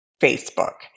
Facebook